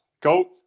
go